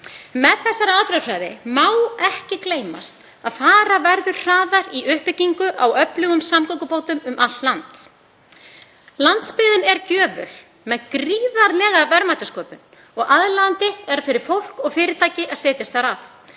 Með þessari aðferðafræði má ekki gleymast að fara verður hraðar í uppbyggingu á öflugum samgöngubótum um allt land. Landsbyggðin er gjöful með gríðarlega verðmætasköpun og aðlaðandi er fyrir fólk og fyrirtæki að setjast þar að.